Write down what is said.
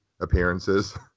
appearances